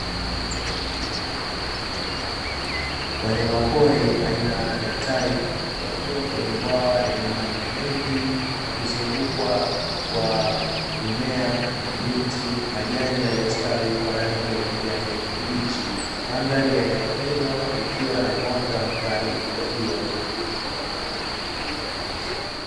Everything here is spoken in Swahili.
Wanyama pori aina ya tai wakiwa kwenye bwawa lenye maji mengi na kuzungukwa kwa mimea, miti, majani yaliyostawi kwa rangi ya kijani kibichi. Mandhari ya eneo hilo likiwa na mwanga mkali wa jua.